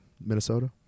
Minnesota